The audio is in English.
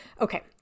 Okay